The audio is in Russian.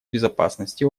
безопасности